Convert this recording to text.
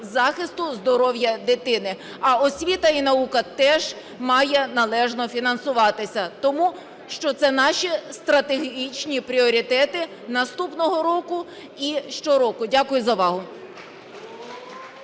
захисту здоров'я дитини. А освіта і наука теж має належно фінансуватися. Тому що це наші стратегічні пріоритети наступного року і щороку. Дякую за увагу.